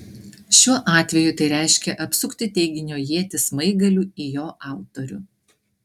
šiuo atveju tai reiškia apsukti teiginio ietį smaigaliu į jo autorių